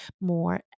more